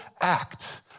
act